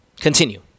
continue